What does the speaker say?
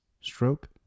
stroke